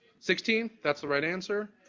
sixteen? that's the right answer.